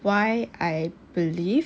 why I believe